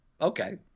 Okay